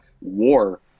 war